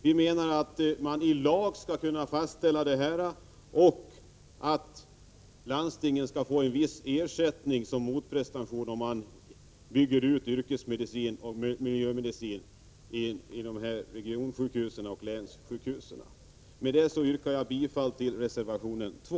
Vi anser att man i lag skall fastställa denna utbyggnad och att landstingen bör få en viss ersättning såsom motprestation, om de bygger ut yrkesmedicin och miljömedicin vid regionsjukhus och länssjukhus. Herr talman! Därmed yrkar jag bifall till reservation 2.